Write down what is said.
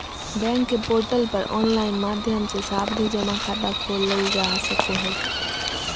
bank के portal पर online माध्यम से सावधि जमा खाता खोलल जा सको हय